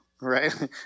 right